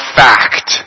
fact